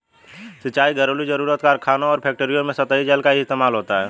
सिंचाई, घरेलु जरुरत, कारखानों और फैक्ट्रियों में सतही जल का ही इस्तेमाल होता है